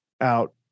out